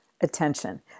attention